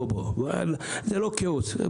זה לא כאוס.